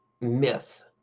myth